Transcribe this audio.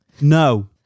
no